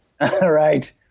Right